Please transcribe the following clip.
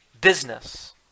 business